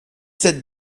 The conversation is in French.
sept